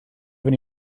have